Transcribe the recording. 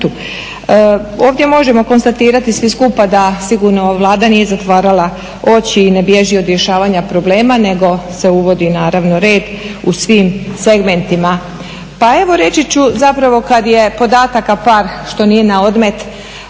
Ovdje možemo konstatirati svi skupa da sigurno Vlada nije zatvarala oči i ne bježi od rješavanja problema nego se uvodi naravno red u svim segmentima. Pa evo reći ću zapravo kad je podataka par što nije na odmet